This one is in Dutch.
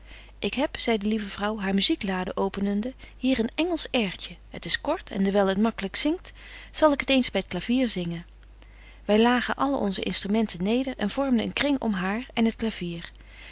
ik heb zei de lieve vrouw haar muzieklade openende hier een engelsch airtje het is kort en dewyl het maklyk zingt zal ik het eens by t clavier zingen wy lagen allen onze instrumenten neder en vormden een kring om haar en het clavier